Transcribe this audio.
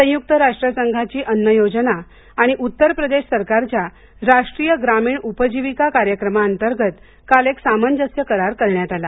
संयुक्त राष्ट्रसंघाची अन्न योजना आणि उत्तर प्रदेश सरकारच्या राष्ट्रीय ग्रामीण उपजिविका कार्यक्रमांअतर्गत काल एक सामंजस्य करार करण्यात आला